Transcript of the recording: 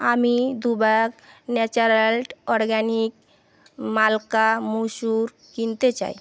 আমি দু bag Nature Land organic মালকা মুসুর কিনতে চাই